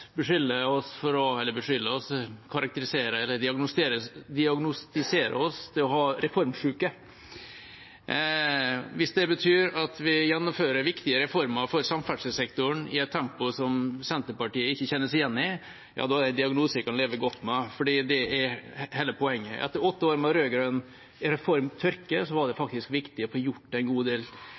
beskylder oss for å – eller karakteriserer eller diagnostiserer oss til å ha reformsyke. Hvis det betyr at vi gjennomfører viktige reformer for samferdselssektoren i et tempo som Senterpartiet ikke kjenner seg igjen i, er det en diagnose jeg kan leve godt med, fordi det er hele poenget. Etter åtte år med rød-grønn reformtørke var det faktisk viktig å få gjort en god del